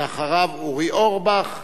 ואחריו, אורי אורבך.